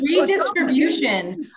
redistribution